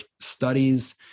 studies